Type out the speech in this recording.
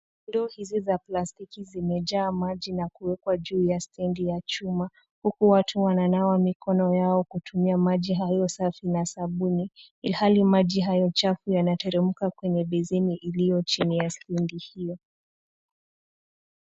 Ndoo hizi za plastiki zimejaa maji na kuwekwa juu ya stendi ya chuma huku watu wananawa mikono yao kutumia maji hayo safi na sabuni ilhali maji hayo chafu yanateremka kwenye beseni iliyo chini ya stendi hiyo.